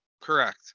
Correct